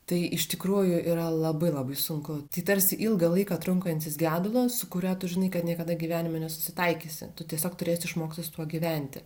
tai iš tikrųjų yra labai labai sunku tai tarsi ilgą laiką trunkantis gedulas su kuria tu žinai kad niekada gyvenime nesusitaikysi tu tiesiog turėsi išmokti su tuo gyventi